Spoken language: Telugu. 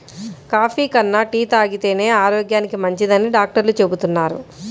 కాఫీ కన్నా టీ తాగితేనే ఆరోగ్యానికి మంచిదని డాక్టర్లు చెబుతున్నారు